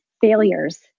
failures